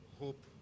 Hope